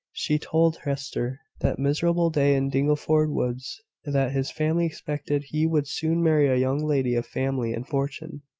she told hester that miserable day in dingleford woods that his family expected he would soon marry a young lady of family and fortune,